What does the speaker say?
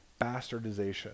bastardization